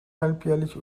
halbjährlich